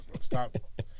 Stop